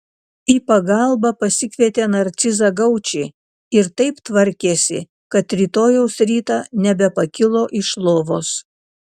į pagalbą pasikvietė narcizą gaučį ir taip tvarkėsi kad rytojaus rytą nebepakilo iš lovos